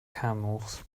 camels